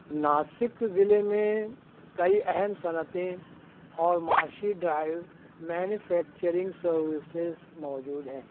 ناسک ضلع میں کئی اہم صنعتیں اور معاشی ڈرائیو مینوفیکچرنگ سروسز موجود ہیں